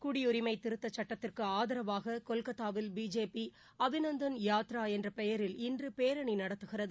குடியரிமை திருத்த சட்டத்திற்கு ஆதரவாக கொல்கத்தாவில் பிஜேபி அபிநந்தன் யாத்ரா என்ற பெயரில் இன்று பேரணி நடத்துகிறது